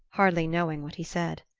hardly knowing what he said.